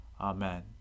Amen